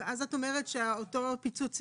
ואז אותו פיצוץ צנרת,